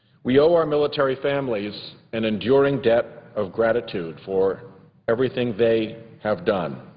we owe our military families an enduring debt of gratitude for everything they have done.